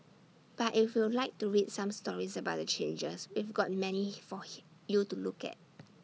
but if you'd like to read some stories about the changes we've got many he for he you to look at